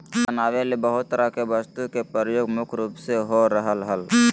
कागज बनावे ले बहुत तरह के वस्तु के प्रयोग मुख्य रूप से हो रहल हल